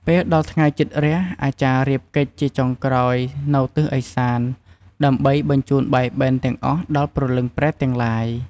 ពេលដល់ថ្ងៃជិតរះ អាចារ្យរៀបកិច្ចជាចុងក្រោយនៅទិសឦសាន ដើម្បីបញ្ជូនបាយបិណ្ឌ ទាំងអស់ដល់ព្រលឹងប្រេតទាំងឡាយ។